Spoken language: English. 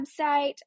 website